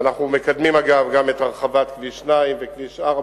ואנחנו מקדמים אגב, גם את הרחבת כביש 2 וכביש 4,